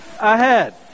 ahead